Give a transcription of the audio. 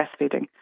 breastfeeding